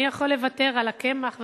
מי יכול לוותר על הקמח,